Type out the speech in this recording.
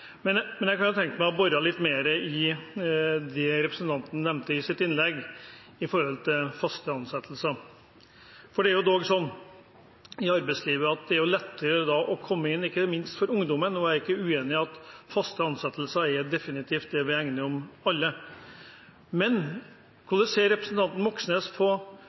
Men jeg kunne tenke meg å bore litt mer i det representanten nevnte i sitt innlegg om faste ansettelser. Det er dog slik i arbeidslivet at det er lettere å komme inn, ikke minst for ungdom – og jeg er ikke uenig i at faste ansettelser definitivt er det vi alle hegner om. Men hvordan ser representanten Moxnes